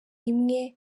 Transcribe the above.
imwe